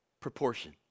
proportion